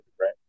right